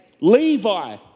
Levi